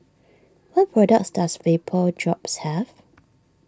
what products does Vapodrops have